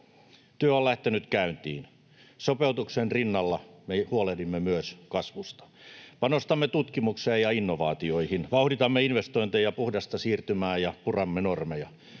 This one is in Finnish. Työ on lähtenyt käyntiin. Sopeutuksen rinnalla me huolehdimme myös kasvusta. Panostamme tutkimukseen ja innovaatioihin, vauhditamme investointeja, puhdasta siirtymää ja puramme normeja.